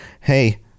Hey